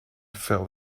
fell